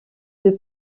deux